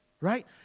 right